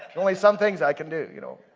only some things i can do, you know.